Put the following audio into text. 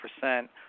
percent